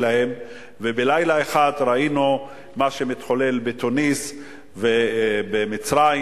ובלילה אחד ראינו מה שמתחולל בתוניסיה ובמצרים,